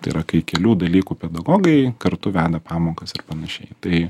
tai yra kai kelių dalykų pedagogai kartu veda pamokas ir panašiai tai